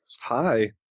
Hi